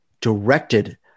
directed